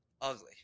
Ugly